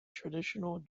traditional